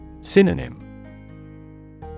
Synonym